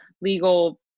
legal